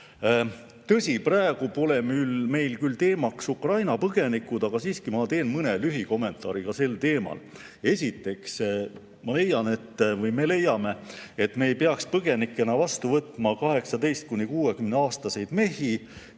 Tõsi, praegu pole meil küll teemaks Ukraina põgenikud, aga siiski ma teen mõne lühikommentaari ka sel teemal. Esiteks, ma leian või me leiame, et me ei peaks põgenikena vastu võtma 18–60‑aastaseid mehi